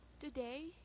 Today